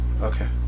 Okay